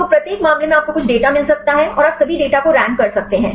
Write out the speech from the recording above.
तो प्रत्येक मामले में आपको कुछ डेटा मिल सकता है और आप सभी डेटा को रैंक कर सकते हैं